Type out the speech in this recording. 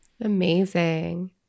Amazing